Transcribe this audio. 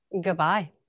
Goodbye